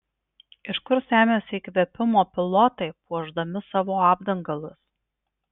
iš kur semiasi įkvėpimo pilotai puošdami savo apdangalus